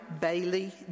Bailey